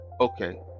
okay